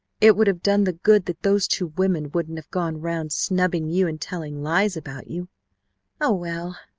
it would have done the good that those two women wouldn't have gone around snubbing you and telling lies about you oh, well,